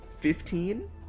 Fifteen